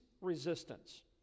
resistance